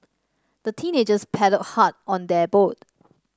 the teenagers paddled hard on their boat